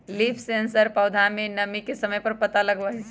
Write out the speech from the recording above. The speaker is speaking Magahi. लीफ सेंसर पौधा में नमी के समय पर पता लगवई छई